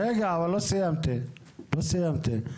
לא ברור,